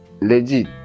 legit